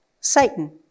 Satan